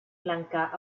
blanca